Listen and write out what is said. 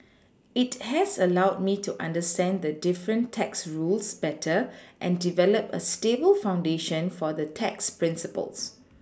it has allowed me to understand the different tax rules better and develop a stable foundation for the tax Principles